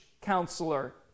counselor